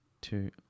two